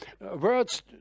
words